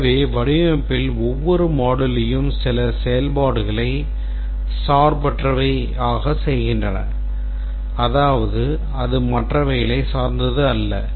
எனவே வடிவமைப்பில் ஒவ்வொரு moduleயும் சில செயல்பாடுகளை சார்பற்றவை ஆக செய்கின்றன அதாவது அது மற்றவைகளைச் சார்ந்தது அல்ல